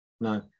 no